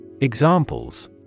Examples